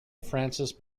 frances